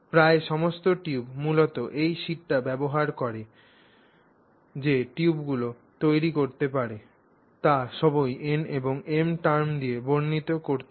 প্রায় সমস্ত টিউব মূলত এই শীটটি ব্যবহার করে তুমি যে টিউবগুলি তৈরি করতে পার তা সবই n এবং m টার্ম দিয়ে বর্ণিত করতে পার